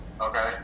okay